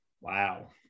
Wow